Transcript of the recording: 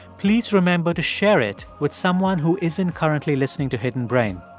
please remember to share it with someone who isn't currently listening to hidden brain.